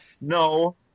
no